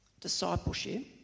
discipleship